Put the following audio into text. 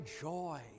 joy